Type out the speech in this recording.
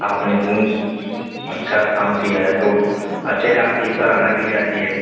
आपने इतनी अच्छा काम किया है तो अच्छे काम की ही सराहना की जाती है